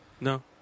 No